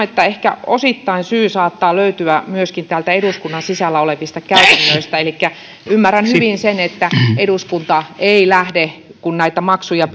että ehkä osittain syy saattaa löytyä myöskin täältä eduskunnan sisällä olevista käytännöistä elikkä ymmärrän hyvin sen että eduskunta ei lähde kun näitä maksuja